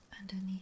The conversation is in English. underneath